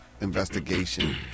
investigation